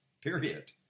period